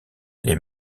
les